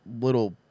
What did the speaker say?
little